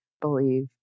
believe